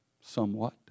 somewhat